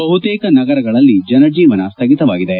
ಬಹುತೇಕ ನಗರಗಳಲ್ಲಿ ಜನಜೀವನ ಸ್ಹಗಿತವಾಗಿದೆ